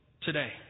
Today